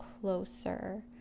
closer